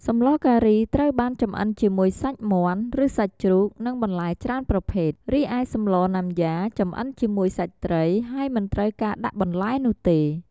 សម្លការី ត្រូវបានចម្អិនជាមួយសាច់មាន់ ឬសាច់ជ្រូក និងបន្លែច្រើនប្រភេទ រីឯសម្លណាំយ៉ាចំអិនជាមួយសាច់ត្រី ហើយមិនត្រូវការដាក់បន្លែនោះទេ។